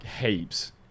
heaps